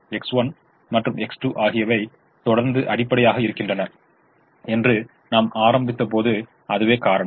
X1 மற்றும் X2 ஆகியவை தொடர்ந்து அடிப்படையாக இருக்கின்றன என்று நாம் ஆரம்பித்தபோது அதுவே காரணம்